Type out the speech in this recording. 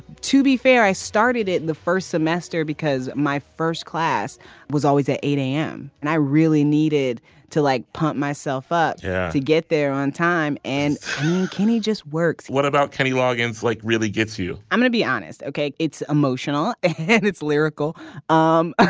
to be fair i started it in the first semester because my first class was always at eight a m. and i really needed to like pump myself up yeah to get there on time. and kenny just works what about kenny loggins like really gets you i'm gonna be honest okay. it's emotional and it's lyrical um ah